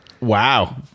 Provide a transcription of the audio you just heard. Wow